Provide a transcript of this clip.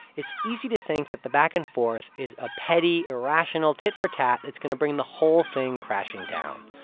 it's easy to think that the back and forth is a petty, irrational tit for tat that's going to bring the whole thing crashing down.